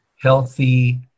healthy